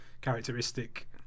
characteristic